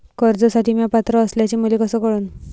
कर्जसाठी म्या पात्र असल्याचे मले कस कळन?